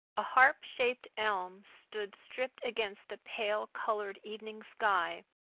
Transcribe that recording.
a harp-shaped elm stood stripped against the pale-colored evening sky,